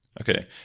okay